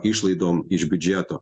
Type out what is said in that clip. išlaidom iš biudžeto